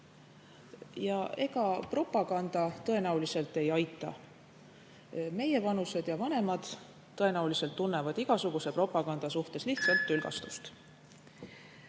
Ega propaganda tõenäoliselt ei aita. Meievanused ja vanemad tõenäoliselt tunnevad igasuguse propaganda suhtes lihtsalt tülgastust.